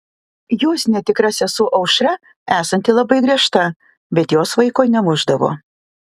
jos netikra sesuo aušra esanti labai griežta bet jos vaiko nemušdavo